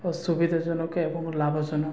ଓ ସୁବିଧାଜନକ ଏବଂ ଲାଭଜନକ